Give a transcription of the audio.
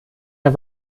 der